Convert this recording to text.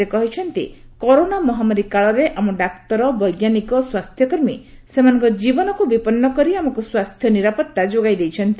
ସେ କହିଛନ୍ତି କରୋନା ମହାମାରୀ କାଳରେ ଆମ ଡାକ୍ତର ବୈଜ୍ଞାନିକ ସ୍ୱାସ୍ଥ୍ୟକର୍ମୀ ସେମାନଙ୍କ ଜୀବନକୁ ବିପନ୍ନ କରି ଆମକୁ ସ୍ୱାସ୍ଥ୍ୟ ନିରାପତ୍ତା ଯୋଗାଇ ଦେଇଛନ୍ତି